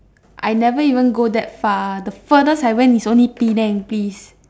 I never even go that far the furthest I went is only Penang please